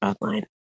online